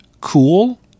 cool